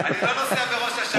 אני לא נוסע בראש השנה.